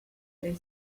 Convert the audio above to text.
they